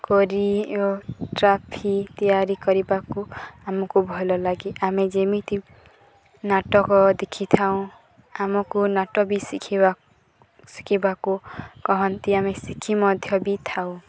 କରି ଟ୍ରଫି ତିଆରି କରିବାକୁ ଆମକୁ ଭଲ ଲାଗେ ଆମ ଯେମିତି ନାଟକ ଦେଖିଥାଉଁ ଆମକୁ ନାଟ ବି ଶିଖିବା ଶିଖିବାକୁ କୁହନ୍ତି ଆମେ ଶିଖି ମଧ୍ୟ ବି ଥାଉ